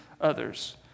others